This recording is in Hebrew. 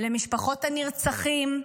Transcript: למשפחות הנרצחים,